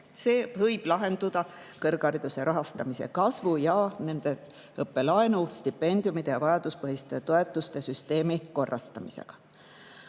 See võib lahenduda kõrghariduse rahastamise kasvu ja õppelaenude, stipendiumide ja vajaduspõhiste toetuste süsteemi korrastamisega. Aga